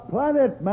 Planet